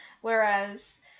whereas